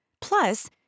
Plus